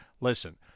listen